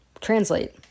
translate